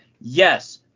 yes